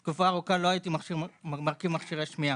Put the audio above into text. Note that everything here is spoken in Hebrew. במשך תקופה ארוכה לא הייתי מרכיב מכשירי שמיעה.